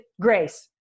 grace